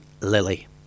Lily